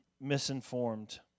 misinformed